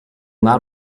not